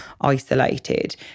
isolated